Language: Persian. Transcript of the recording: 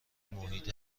محیط